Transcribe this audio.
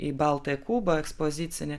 į baltąjį kubą ekspozicinį